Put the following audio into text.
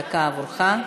דקה עבורך.